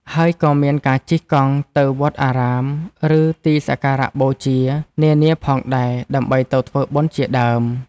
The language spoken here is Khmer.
ហើយក៏មានការជិះកង់ទៅវត្តអារាម ឬទីសក្ការៈបូជានានាផងដែរ ដើម្បីទៅធ្វើបុណ្យជាដើម។